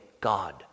God